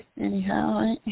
Anyhow